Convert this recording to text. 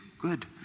good